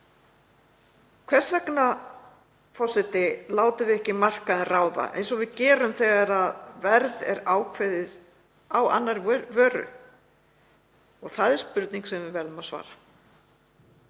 Hvers vegna, forseti, látum við ekki markaðinn ráða eins og við gerum þegar verð er ákveðið á annarri vöru? Það er spurning sem við verðum að svara.